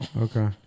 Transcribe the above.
Okay